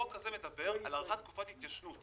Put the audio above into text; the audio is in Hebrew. החוק הזה מדבר על הארכת תקופת התיישנות.